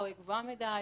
או גבוהה מדי,